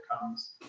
comes